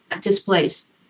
displaced